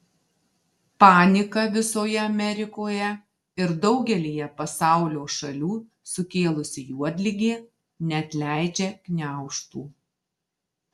paniką visoje amerikoje ir daugelyje pasaulio šalių sukėlusi juodligė neatleidžia gniaužtų